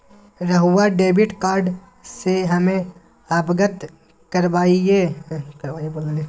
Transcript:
रहुआ debit card से हमें अवगत करवाआई?